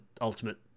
Ultimate